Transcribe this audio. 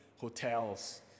hotels